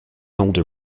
older